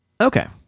Okay